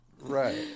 right